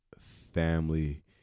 family